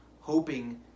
hoping